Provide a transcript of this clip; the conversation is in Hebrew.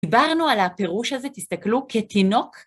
דיברנו על הפירוש הזה, תסתכלו כתינוק.